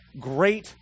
great